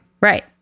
Right